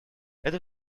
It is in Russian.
это